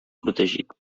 protegits